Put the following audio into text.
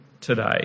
today